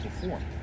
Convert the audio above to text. perform